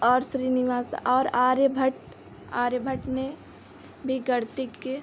और श्रीनिवास और आर्यभट्ट आर्यभट्ट ने भी गणितज्ञ